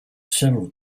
several